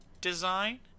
design